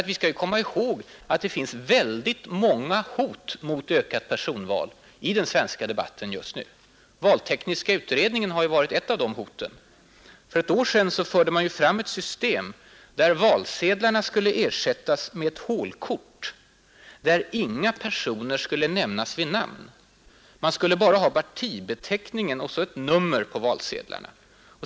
Vi skall komma ihåg att det finns många hot mot ökat personval i den svenska debatten just nu. Valtekniska utredningen har varit ett av de hoten. För ett år sedan förde den fram förslag om ett system som innebar att valsedlarna skulle ersättas med hålkort där inga personer skulle nämnas vid namn. Man skulle bara ha partibeteckningen och ett nummer på valsedlarna.